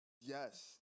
Yes